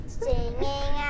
singing